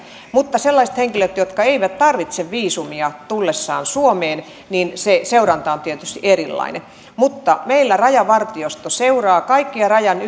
mutta sellaisten henkilöiden jotka eivät tarvitse viisumia tullessaan suomeen seuranta on tietysti erilainen meillä rajavartiosto seuraa kaikkia rajan